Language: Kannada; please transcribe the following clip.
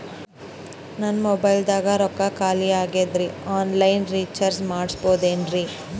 ನನ್ನ ಮೊಬೈಲದಾಗ ರೊಕ್ಕ ಖಾಲಿ ಆಗ್ಯದ್ರಿ ಆನ್ ಲೈನ್ ರೀಚಾರ್ಜ್ ಮಾಡಸ್ಬೋದ್ರಿ?